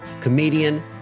comedian